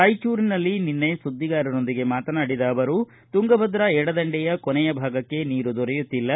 ರಾಯಚೂರಿನಲ್ಲಿ ನಿನ್ನೆ ಸುದ್ನಿಗಾರೊಂದಿಗೆ ಮಾತನಾಡಿದ ಅವರು ತುಂಗಭದ್ರ ಎಡದಂಡೆಯ ಕೊನೆಯ ಭಾಗಕ್ಕೆ ನೀರು ದೊರೆಯುತ್ತಿಲ್ಲ